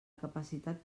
capacitat